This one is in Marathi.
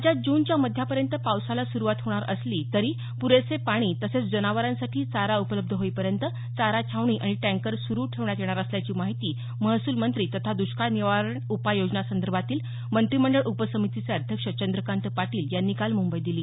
राज्यात जूनच्या मध्यापर्यंत पावसाला सुरूवात होणार असली तरी पुरेसे पाणी तसेच जनावरांसाठी चारा उपलब्ध होईपर्यंत चारा छावणी आणि टँकर सुरू ठेवण्यात येणार असल्याची माहिती महसूल मंत्री तथा दुष्काळ निवारण उपाय योजनासंदर्भातील मंत्रिमंडळ उपसमितीचे अध्यक्ष चंद्रकांत पाटील यांनी काल मुंबईत दिली